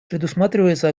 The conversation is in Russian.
предусматривается